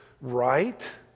right